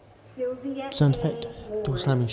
silvia a. word,